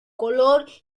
color